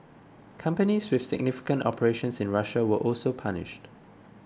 companies with significant operations in Russia were also punished